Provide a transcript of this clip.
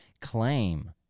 claim